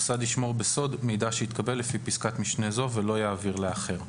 המוסד ישמור בסוד מידע שהתקבל לפי פסקת משנה זו ולא יעבירו לאחר.